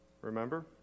Remember